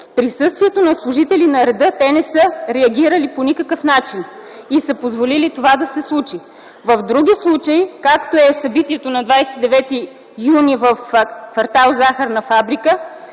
в присъствието на служители на реда, те не са реагирали по никакъв начин и са позволили това да се случи. В други случаи, както е събитието на 29 юни в кв. „Захарна фабрика”,